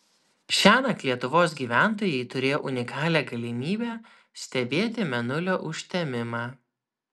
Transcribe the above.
šiąnakt lietuvos gyventojai turėjo unikalią galimybę stebėti mėnulio užtemimą